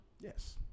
Yes